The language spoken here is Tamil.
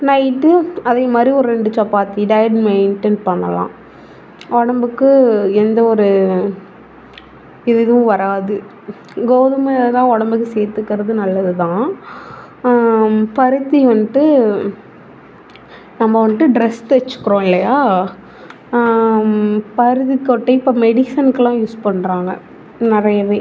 நைட்டு அதே மாதிரி ஒரு ரெண்டு சப்பாத்தி டயட் மெயிண்டன் பண்ணலாம் உடம்புக்கு எந்த ஒரு இதுவும் வராது கோதுமை தான் உடம்புக்கு சேத்துக்கிறது நல்லது தான் பருத்தி வந்துட்டு நம்ம வந்துட்டு ட்ரெஸ் தைச்சிக்கிறோம் இல்லையா பருத்திக்கொட்டை இப்போ மெடிசனுக்குலாம் யூஸ் பண்ணுறாங்க நெறைய